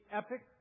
epic